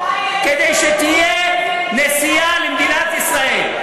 כדי שתהיה נשיאה למדינת ישראל?